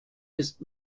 ist